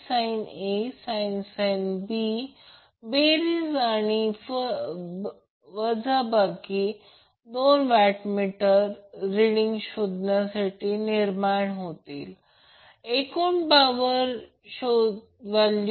त्यामुळे हे मुळात पॅरेलल सर्किट आहे हे थ्री फेज पॅरेलल सर्किट आहे आणि हा प्रॉब्लेम आहे